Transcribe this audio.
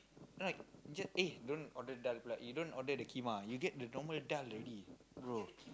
like you just eh don't order daal bruh you don't order the keema you get the normal daal already bro